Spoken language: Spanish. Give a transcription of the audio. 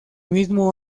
mismo